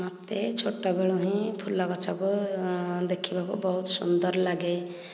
ମୋତେ ଛୋଟବେଳୁ ହିଁ ଫୁଲଗଛକୁ ଦେଖିବାକୁ ବହୁତ ସୁନ୍ଦର ଲାଗେ